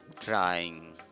trying